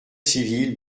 civile